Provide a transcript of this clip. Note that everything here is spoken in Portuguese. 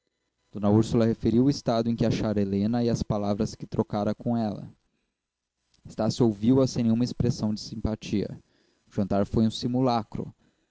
d úrsula referiu o estado em que achara helena e as palavras que trocara com ela estácio ouviu-a sem nenhuma expressão de simpatia o jantar foi um simulacro